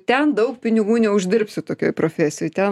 ten daug pinigų neuždirbsi tokioj profesijoj ten